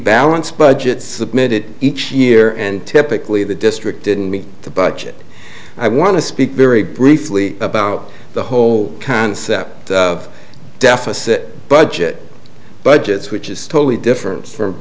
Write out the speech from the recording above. balanced budgets submitted each year and typically the district didn't meet the budget i want to speak very briefly about the whole concept of deficit budget budgets which is totally different from